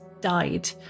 died